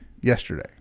yesterday